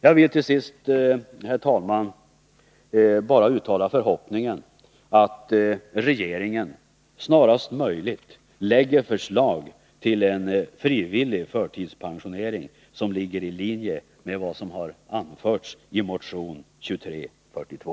Jag vill till sist, herr talman, uttala förhoppningen att regeringen snarast möjligt lägger fram förslag till en frivillig förtidspensionering, som ligger i linje med vad som anförts i motion 2342.